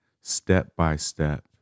step-by-step